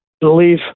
believe